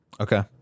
Okay